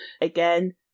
again